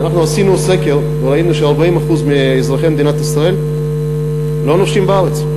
אנחנו עשינו סקר וראינו ש-40% מאזרחי מדינת ישראל לא נופשים בארץ,